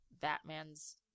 Batman's